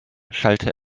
schallte